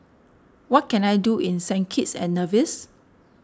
what can I do in Saint Kitts and Nevis